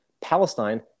Palestine